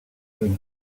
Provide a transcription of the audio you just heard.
drinks